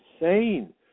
insane